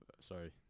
Sorry